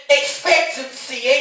expectancy